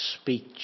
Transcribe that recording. speech